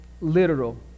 literal